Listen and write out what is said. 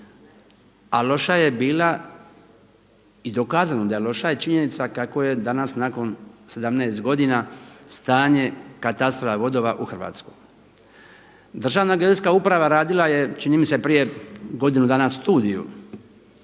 a loša je bila i dokazano da je loša je činjenica kakvo je danas nakon 17 godina stanje katastra vodova u Hrvatskoj. Državna geodetska uprava radila je čini mi se prije godinu dana studiju